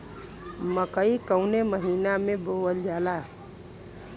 मकई कवने महीना में बोवल जाला?